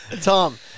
Tom